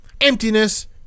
emptiness